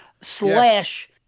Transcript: slash